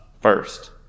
first